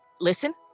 listen